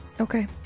Okay